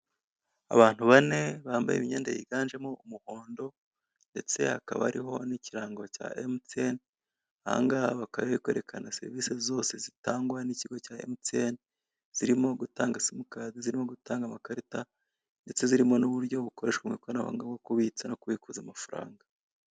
Abantu bane bambaye imyenda yiganjemo umuhondo ndetse hakaba hariho n'ikirango cya emutiyeni, ahangaha bakaba bari kwekana serivisi zose zitangwa n'ikigo cya emutiyeni, zirimo gutanga simukadi, zirimo gutanga amakarita ndetse zirimo n'uburyo bukoreshwa mu ikoranabuhanga bwo kubitsa no kubikuza amafaranga.